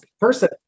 person